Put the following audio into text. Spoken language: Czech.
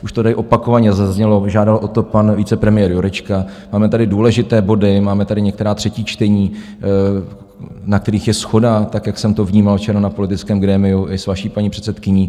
Už to tady opakovaně zaznělo, žádal o to pan vicepremiér Jurečka, máme tady důležité body, máme tady některá třetí čtení, na kterých je shoda, jak jsem to vnímal včera na politickém grémiu i s vaší paní předsedkyní.